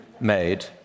made